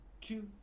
two